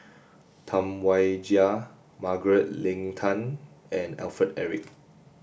Tam Wai Jia Margaret Leng Tan and Alfred Eric